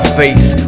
face